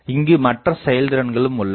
இங்கு மற்ற செயல் திறன்களும் உள்ளன